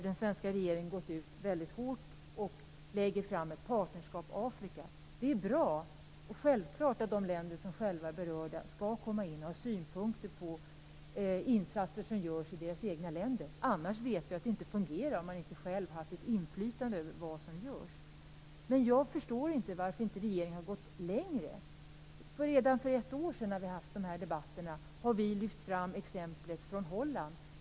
Den svenska regeringen har gått ut väldigt hårt och lägger fram förslag om ett partnerskap när det gäller Det är bra och självklart att de som själva är berörda skall komma in och ha synpunkter på insatser som görs i deras egna länder. Annars vet vi att det inte fungerar, om man inte själv har inflytande över vad som görs. Men jag förstår inte varför regeringen inte har gått längre. Redan i debatten för ett år sedan lyfte vi fram exemplet Holland.